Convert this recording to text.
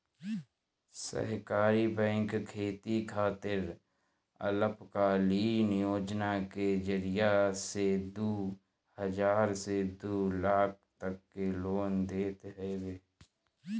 सहकारी बैंक खेती खातिर अल्पकालीन योजना के जरिया से दू हजार से दू लाख तक के लोन देत हवे